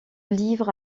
livre